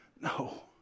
No